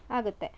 ಆಗುತ್ತೆ